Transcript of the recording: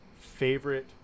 favorite